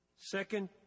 Second